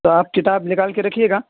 تو آپ کتاب نکال کے رکھیے گا